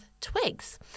twigs